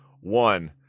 one